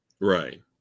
Right